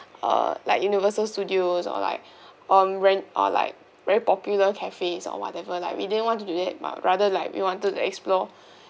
uh like universal studios or like or like very popular cafes or whatever like we didn't want to do that but rather like we wanted to explore